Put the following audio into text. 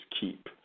keep